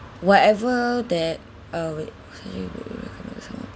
whatever that uh wait strategy you would recommend someone